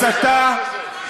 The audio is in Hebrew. הסתה,